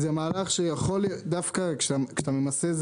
דווקא כשאתה ממסה,